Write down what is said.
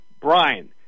Brian